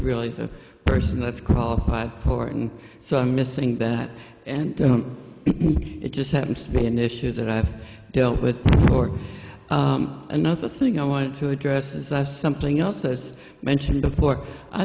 really a person that's qualified for it and so i'm missing that and it just happens to be an issue that i've dealt with for another thing i wanted to address as i something else as i mentioned before i